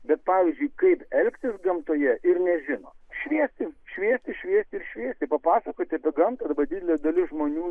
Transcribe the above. bet pavyzdžiui kaip elgtis gamtoje ir nežino šviesti šviesti šviesti ir šviesti pasakoti apie gamtą arba didelė dalis žmonių